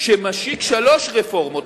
שמשיק שלוש רפורמות,